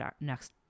next